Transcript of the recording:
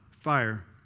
Fire